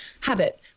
Habit